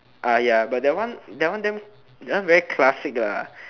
ya but that one that one damn that one very classic lah